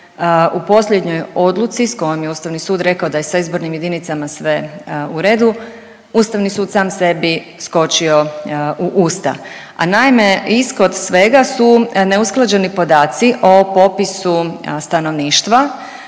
u posljednjoj odluci s kojoj je Ustavni sud rekao da je sa izbornim jedinicama sve u redu, Ustavni sud sam sebi skočio u usta. A naime, ishod svega su neusklađeni podaci o popisu stanovništva